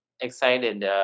excited